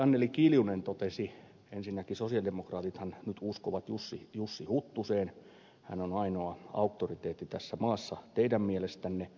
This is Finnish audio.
anneli kiljunen totesi ensinnäkin sosialidemokraatithan nyt uskovat jussi huttuseen hän on ainoa auktoriteetti tässä maassa teidän mielestänne